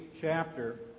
chapter